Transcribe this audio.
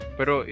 Pero